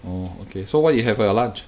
oh okay so what you have for your lunch